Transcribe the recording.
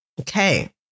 Okay